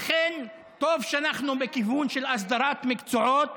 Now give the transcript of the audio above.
לכן, טוב שאנחנו בכיוון של הסדרת מקצועות,